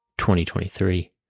2023